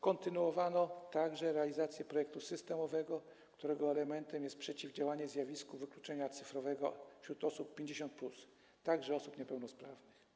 Kontynuowano także realizację projektu systemowego, którego elementem jest przeciwdziałanie zjawisku wykluczenia cyfrowego wśród osób 50+, także osób niepełnosprawnych.